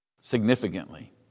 significantly